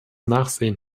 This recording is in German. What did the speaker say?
nachsehen